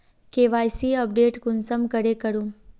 KYC update कुंसम करे करूम?